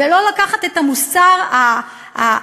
ולא לקחת את המוסר הכה-אלסטי